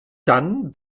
dann